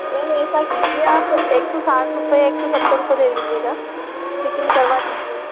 ma'am ऐसा कीजिए आप एक सौ साठ रुपये एक सौ सत्तर रुपये ले लीजिएगा लेकिन करवा दीजिए